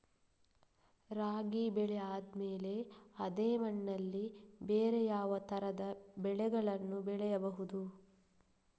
ರಾಗಿ ಬೆಳೆ ಆದ್ಮೇಲೆ ಅದೇ ಮಣ್ಣಲ್ಲಿ ಬೇರೆ ಯಾವ ತರದ ಬೆಳೆಗಳನ್ನು ಬೆಳೆಯಬಹುದು?